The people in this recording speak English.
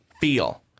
feel